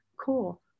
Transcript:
Cool